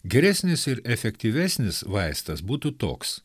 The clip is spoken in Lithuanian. geresnis ir efektyvesnis vaistas būtų toks